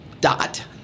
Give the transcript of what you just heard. dot